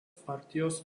partijos